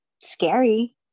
scary